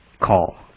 call